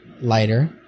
lighter